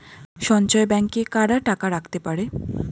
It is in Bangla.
সঞ্চয় ব্যাংকে কারা টাকা রাখতে পারে?